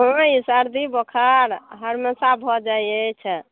अइ सर्दी बोखर हमेशा भऽ जाइत अछि